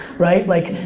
right? like,